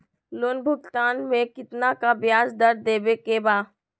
Loan भुगतान में कितना का ब्याज दर देवें के बा?